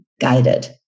guided